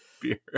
beer